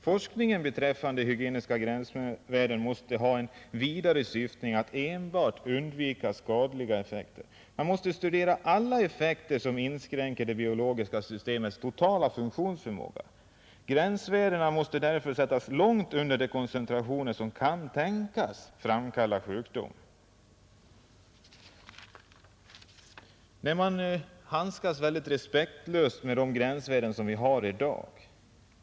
Forskningen beträffande hygieniska gränsvärden måste ha en vidare syftning än att enbart undvika skadliga effekter. Man måste studera alla effekter som inskränker det biologiska systemets totala funktionsförmåga. Gränsvärdena måste därför sättas långt under de koncentrationer som kan tänkas framkalla sjukdom. Man handskas väldigt respektlöst med de gränsvärden som vi har i dag.